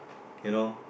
you know